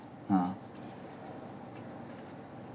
uh